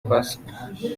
pasika